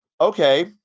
okay